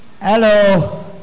Hello